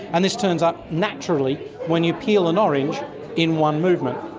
and this turns up naturally when you peel an orange in one movement.